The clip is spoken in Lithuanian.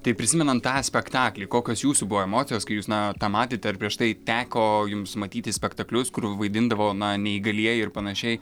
tai prisimenant tą spektaklį kokios jūsų buvo emocijos kai jūs na tą matėt ar prieš tai teko jums matyti spektaklius kur vaidindavo na neįgalieji ir panašiai